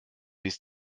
bis